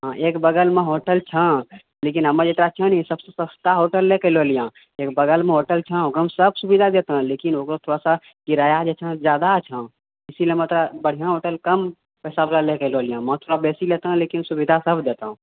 एक बगलमे होटल छौ लेकिन हमर जे एतय छौ ने ई सबसँ सस्ता होटल कहौ लए लिहा एक बगलमे होटल छौ सब सुविधा देतौ लेकिन ओकर थोड़ासँ किराआ जे छौ ने जादा छौ इसीलिए हम तोरा बढ़िआँ होटल कम पैसा बला लए कऽ एलिओ पैसा थोड़ा बेसी लेतहुँ लेकिन सुविधा सब देतहुँ